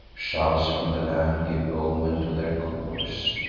shouts from the land give omen to their course,